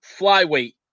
Flyweight